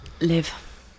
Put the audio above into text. Live